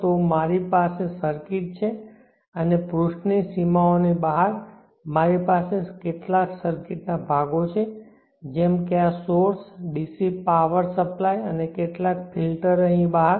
આ મારી પાસે સર્કિટ છે અને પૃષ્ઠની સીમાઓની બહાર મારી પાસે સર્કિટના કેટલાક ભાગો છે જેમ કે આ સોર્સ dc પાવર સપ્લાય અને કેટલાક ફિલ્ટર અહીં બહાર